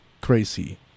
crazy